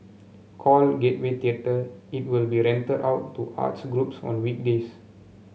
called Gateway Theatre it will be rented out to arts groups on weekdays